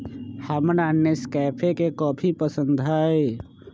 हमरा नेस्कैफे के कॉफी पसंद हई